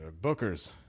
bookers